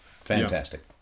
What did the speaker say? fantastic